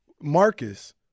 Marcus